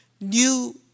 new